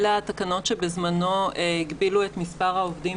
אלה התקנות שבזמנו הגבילו את מספר העובדים